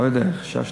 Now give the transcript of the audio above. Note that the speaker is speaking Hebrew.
לא יודע, חששתי.